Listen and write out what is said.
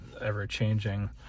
ever-changing